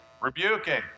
rebuking